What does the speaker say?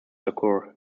occur